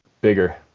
Bigger